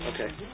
okay